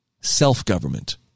self-government